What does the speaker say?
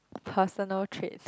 personal trait